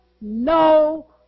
no